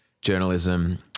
journalism